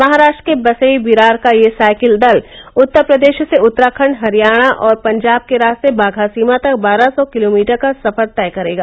महाराष्ट्र के बसई बिरार का यह साइकिल दल उत्तर प्रदेश से उत्तराखण्ड हरियाणा और पंजाब के रास्ते बाघा सीमा तक बारह सौ किलोमीटर का सफर तय करेगा